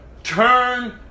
Turn